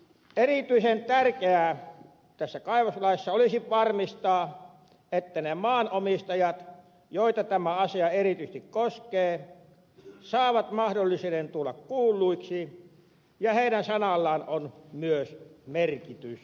erityisen tärkeää tässä kaivoslaissa olisi varmistaa että ne maanomistajat joita tämä asia erityisesti koskee saavat mahdollisuuden tulla kuulluiksi ja heidän sanallaan on myös merkitystä